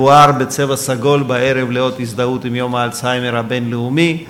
תואר בצבע סגול בערב לאות הזדהות עם יום האלצהיימר הבין-לאומי.